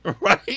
right